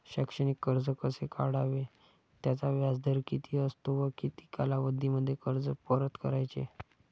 शैक्षणिक कर्ज कसे काढावे? त्याचा व्याजदर किती असतो व किती कालावधीमध्ये कर्ज परत करायचे?